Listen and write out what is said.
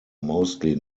mostly